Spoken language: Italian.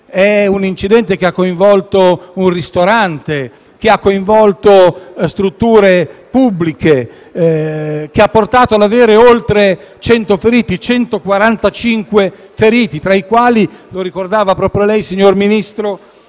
È un incidente che ha coinvolto un ristorante, che ha coinvolto strutture pubbliche e che ha portato ad avere 145 feriti, tra i quali, come ricordava proprio lei, signor Ministro,